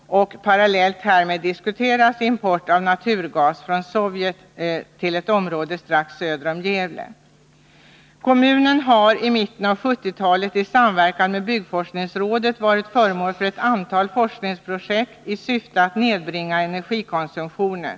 Parallellt härmed diskuteras import av naturgas från Sovjet till ett område strax söder om Gävle. Kommunen har i mitten av 1970-talet i samverkan med byggforskningsrådet varit föremål för ett antal forskningsprojekt i syfte att nedbringa energikonsumtionen.